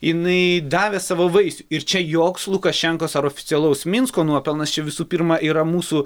jinai davė savo vaisių ir čia joks lukašenkos ar oficialaus minsko nuopelnas čia visų pirma yra mūsų